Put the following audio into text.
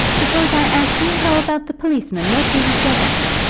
suppose i ask you how about the policeman, what will you say then?